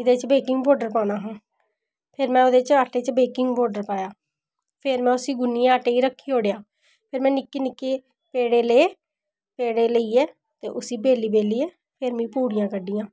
एह्दे च baking powder पाना हा ते फिर में आटै च एह्दे च बेकिंग पाऊडर पाया ते फिर में उस्सी गुन्नियै रक्खी ओड़ेआ फिर में निक्के निक्के पेड़े ले पेड़े लेइयै उस्सी बेली बेल्लियै फिर में पूड़ियां कड्ढियां